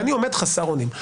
ואני עומד חסר אונים.